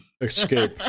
escape